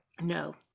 No